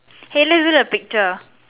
hey let's do the picture